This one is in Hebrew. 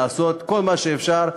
לעשות כל מה שאפשר,